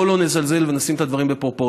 בואו לא נזלזל, ונשים את הדברים בפרופורציה.